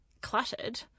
cluttered